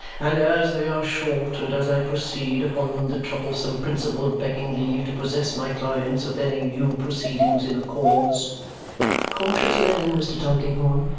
and as they are short, and as i proceed upon the troublesome principle of begging leave to possess my clients with any new proceedings in a cause cautious man mr. tulkinghorn,